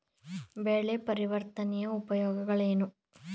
ಬೆಳೆ ಪರಿವರ್ತನೆಯ ಉಪಯೋಗವೇನು?